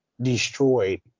destroyed